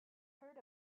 heard